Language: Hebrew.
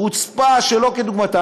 חוצפה שאין כדוגמתה.